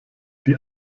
die